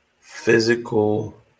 physical